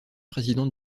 président